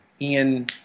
Ian